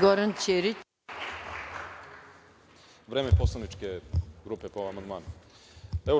Koristim vreme poslaničke grupe po amandmanu.